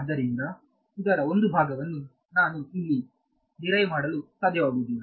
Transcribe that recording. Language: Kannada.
ಆದ್ದರಿಂದ ಇದರ ಒಂದು ಭಾಗವನ್ನು ನಾನು ಇಲ್ಲಿ ಡಿರೈವ್ ಮಾಡಲು ಸಾಧ್ಯವಾಗುವುದಿಲ್ಲ